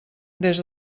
des